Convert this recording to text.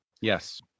Yes